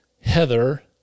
Heather